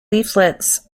leaflets